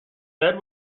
said